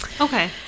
Okay